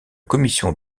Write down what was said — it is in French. commission